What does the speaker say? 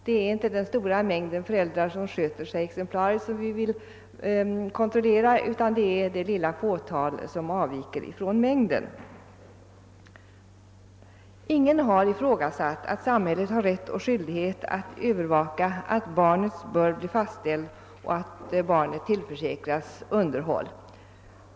Det är inte den stora mängden föräldrar som sköter sig exemplariskt som vi vill kontrollera, utan det är det lilla fåtal som avviker från mängden. Ingen har ifrågasatt att samhället har rätt och skyldighet att barnets börd blir fastställd och att barnet också tillförsäkras underhåll.